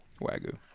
Wagyu